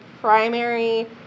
primary